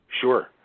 sure